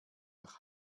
nach